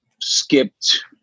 skipped